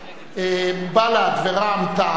בל"ד ורע"ם-תע"ל,